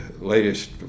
latest